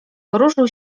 poruszył